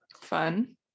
fun